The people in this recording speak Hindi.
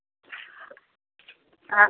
हाँ